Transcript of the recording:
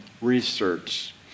research